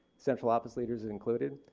central office leaders included,